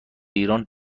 ایران